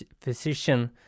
physician